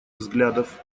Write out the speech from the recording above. взглядов